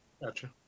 Gotcha